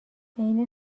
عین